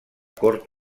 cort